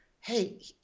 hey